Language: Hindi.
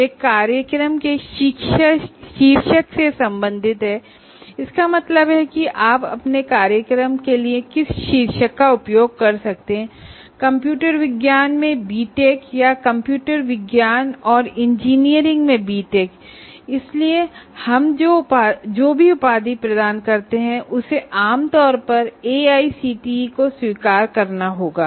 वे प्रोग्राम टाइटलसे संबंधित हैं इसका मतलब है कि आप अपने कार्यक्रम के लिए किस टाइटल का उपयोग कर सकते हैं कंप्यूटर साइंस में बीटेक या कंप्यूटर साइंस और इंजीनियरिंग में बीटेक इसलिए हम जो भी उपाधि प्रदान करते हैं उसे आम तौर पर एआईसीटीई को स्वीकार करना होगा